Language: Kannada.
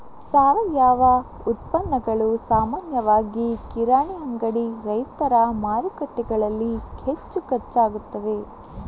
ಸಾವಯವ ಉತ್ಪನ್ನಗಳು ಸಾಮಾನ್ಯವಾಗಿ ಕಿರಾಣಿ ಅಂಗಡಿ, ರೈತರ ಮಾರುಕಟ್ಟೆಗಳಲ್ಲಿ ಹೆಚ್ಚು ಖರ್ಚಾಗುತ್ತವೆ